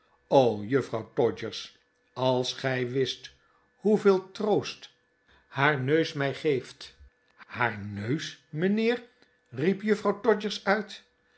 o juffrouw todgers als gij wist hoeveel troost haar neus mij geeft haar neus mijnheer riep juffrouw todgers uit